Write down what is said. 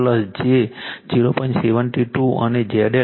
72 અને ZL 2